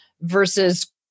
versus